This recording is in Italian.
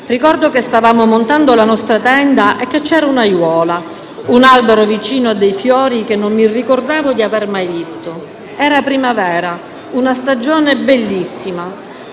Ricordo che stavamo montando la nostra tenda e che c'era un'aiuola, un albero vicino a dei fiori che non mi ricordavo di aver mai visto. Era primavera, una stagione bellissima.